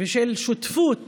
ושל שותפות